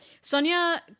Sonia